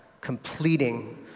completing